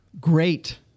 Great